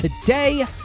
today